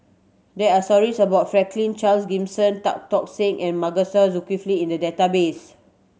there are stories about Franklin Charles Gimson Tan Tock Seng and Masagos Zulkifli in the database